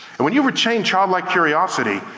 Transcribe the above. and when you retain child-like curiosity,